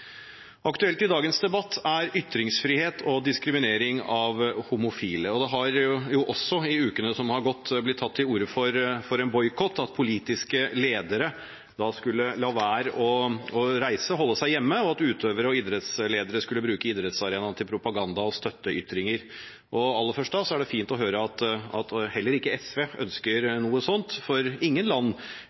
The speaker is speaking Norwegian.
Aktuelt i dagens debatt er ytringsfrihet og diskriminering av homofile. Det har jo også i de ukene som har gått, blitt tatt til orde for en boikott – at politiske ledere skulle la være å reise og holde seg hjemme, og at utøvere og idrettsledere skulle bruke idrettsarenaen til propaganda og støtteytringer. Aller først er det fint å høre at heller ikke SV ønsker noe sånt, for ingen land,